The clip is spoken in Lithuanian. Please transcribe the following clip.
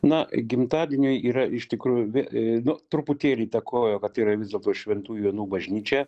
na gimtadieniui yra iš tikrųjų vi nu truputėlį įtakojo kad tai yra vis dėl to šventųjų jonų bažnyčia